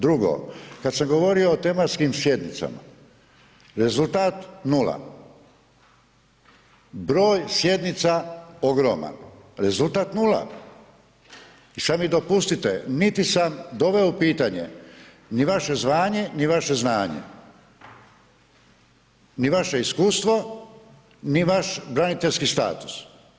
Drugo, kad sam govorio o tematskim sjednicama, rezultat nula, broj sjednica ogroman, rezultat nula i sad mi dopustite, niti sam doveo u pitanje ni vaše zvanje, ni vaše znanje, ni vaše iskustvo, ni vaš braniteljski status.